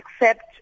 accept